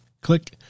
click